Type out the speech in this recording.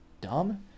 dumb